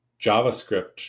JavaScript